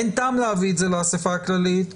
אין טעם להביא את זה לאסיפה הכללית,